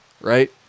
Right